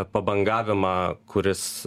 pabangavimą kuris